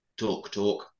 TalkTalk